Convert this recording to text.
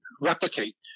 replicate